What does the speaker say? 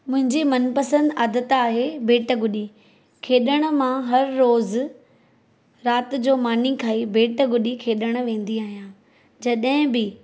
मुहिंजी मनपसंदि आदति आहे बेटु ॻुॾी खेॾणु मां हर रोज़ु राति जो मानी खाई बेटु ॻुॾी खेॾणु वेंदी आहियां जॾहिं बि